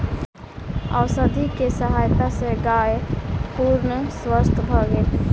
औषधि के सहायता सॅ गाय पूर्ण स्वस्थ भ गेल